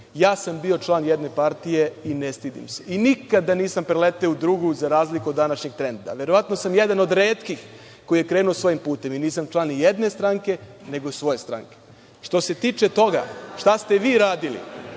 Ja sam bio član jedne partije i ne stidim se, i nikada nisam preleteo u drugu, za razliku od današnjeg trenda. Verovatno sam jedan od retkih koji je krenuo svojim putem i nisam član nijedne stranke, nego svoje stranke. Što se tiče toga, šta ste vi radili